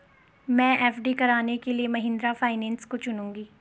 मैं एफ.डी कराने के लिए महिंद्रा फाइनेंस को चुनूंगी